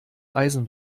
eisen